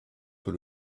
peu